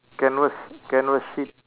canvas canvas sheet